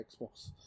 Xbox